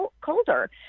colder